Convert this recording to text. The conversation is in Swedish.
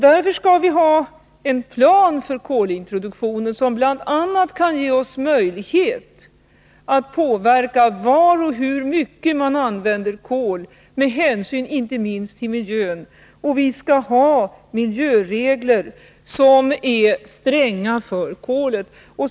Därför skall vi ha en plan för kolintroduktionen som bl.a. ger oss möjlighet att påverka var och hur mycket man använder kol med hänsyn inte minst till miljön, och vi skall ha miljöregler för kolet som är stränga.